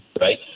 right